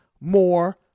more